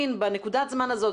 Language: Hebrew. בנקודת הזמן הזאת,